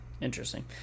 Interesting